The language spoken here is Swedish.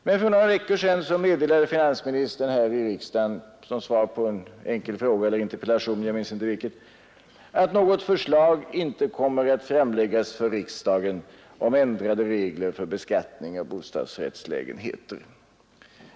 Men för några veckor sedan meddelade finansministern här i riksdagen som svar på en enkel fråga att något förslag inte kommer att föreläggas riksdagen om ändrade regler för beskattning av bostadsrättslägenheter.